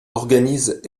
organisent